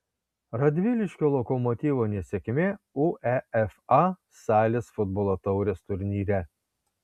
radviliškio lokomotyvo nesėkmė uefa salės futbolo taurės turnyre